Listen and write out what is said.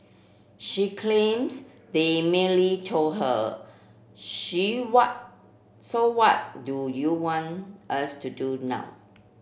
she claims they merely told her she so what do you want us to do now